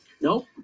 Nope